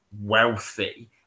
wealthy